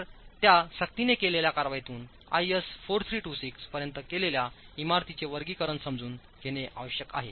तर त्या सक्तीने केलेल्याकारवाईतूनIS 4326 पर्यंतकेलेल्या इमारतींचे वर्गीकरण समजून घेणे आवश्यक आहे